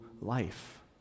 life